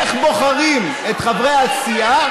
איך בוחרים את חברי הסיעה?